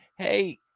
Hey